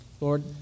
Lord